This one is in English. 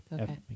Okay